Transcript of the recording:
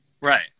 Right